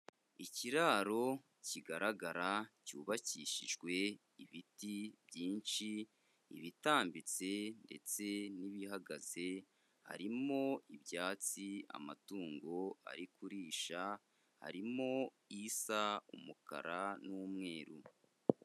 Ikiraro kigaragara cyubakishijwe ibiti byinshi ibitambitse ndetse n'ibihagaze, harimo ibyatsi amatungo ari kurisha, harimo isa umukara n'umweru.